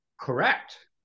Correct